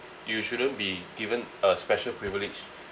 you shouldn't be given a special privilege